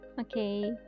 Okay